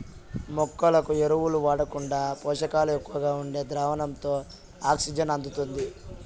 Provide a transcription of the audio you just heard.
మొక్కలకు ఎరువులు వాడకుండా పోషకాలు ఎక్కువగా ఉండే ద్రావణంతో ఆక్సిజన్ అందుతుంది